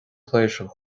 pléisiúir